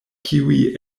kiuj